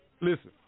Listen